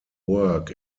work